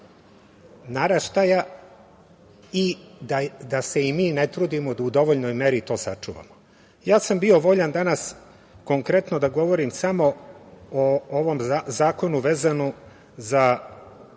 naraštaja i da se i mi ne trudimo da u dovoljnoj meri to sačuvamo. Ja sam bio voljan danas konkretno da govorim samo o ovom zakonu vezano za